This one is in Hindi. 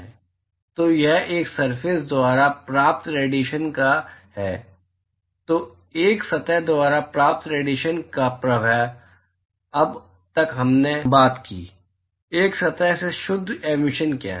तो यह एक सरफेस द्वारा प्राप्त रेडिएशन का है एक सतह द्वारा प्राप्त रेडिएशन का प्रवाह अब तक हमने बात की एक सतह से शुद्ध एमिशन क्या है